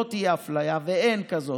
לא תהיה אפליה ואין כזאת.